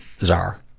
czar